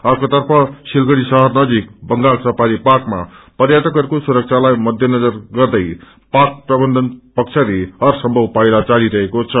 अर्कोतर्फ सिलगड़ी शहर नजिक बंगाल सफारी पार्कमा पर्यअकहरूको सुरक्षालाई मध्यनजर गर्दै पार्क प्रबन्धन पक्षले हरसम्भव पाइला चालिरहेको छ